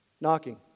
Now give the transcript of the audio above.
knocking